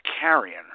carrion